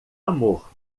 amor